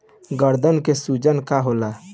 गदन के सूजन का होला?